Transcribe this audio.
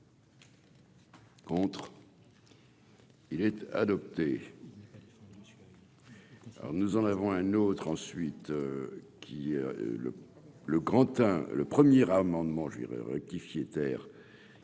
contre. Il est adopté.